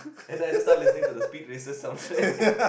and I just lets me to the speed raiser sound check